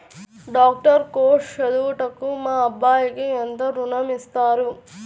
Doctor course చదువుటకు మా అబ్బాయికి ఎంత ఋణం ఇస్తారు?